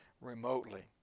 remotely